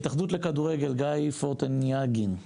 ההתאחדות לכדורגל, גיא פורטניאגין.